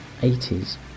80s